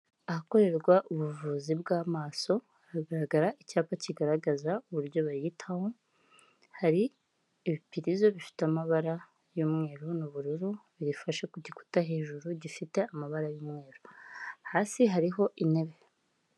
Ahakorerwa ubuvuzi bw'amaso hagaragara icyapa kigaragaza uburyo bayitaho, hari ibipirizo bifite amabara y'umweru n'ubururu hari igifashe ku gikuta hejuru gifite amabara y'umweru hasi hariho intebe.